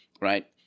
Right